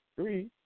Three